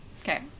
Okay